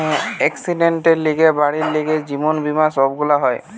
একসিডেন্টের লিগে, বাড়ির লিগে, জীবন বীমা সব গুলা হয়